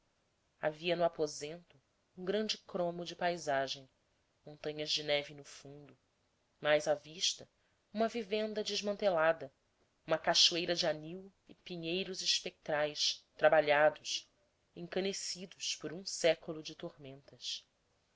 havia no aposento um grande cromo de paisagem montanhas de neve no fundo mais à vista uma vivenda desmantelada uma cachoeira de anil e pinheiros espectrais trabalhados encanecidos por um século de tormentas